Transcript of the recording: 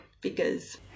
figures